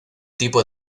tipo